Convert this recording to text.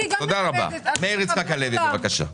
מאיר יצחק הלוי, בבקשה.